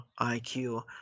IQ